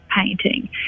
painting